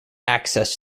access